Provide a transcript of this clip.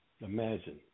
imagine